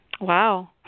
Wow